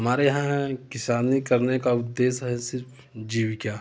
हमारे यहाँ किसानी करने का उद्देश्य है सिर्फ जीविका